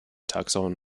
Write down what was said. taxon